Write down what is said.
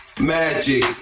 magic